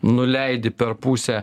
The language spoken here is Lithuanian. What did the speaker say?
nuleidi per pusę